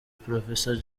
professor